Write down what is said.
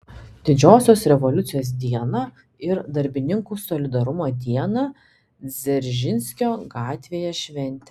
didžiosios revoliucijos dieną ir darbininkų solidarumo dieną dzeržinskio gatvėje šventė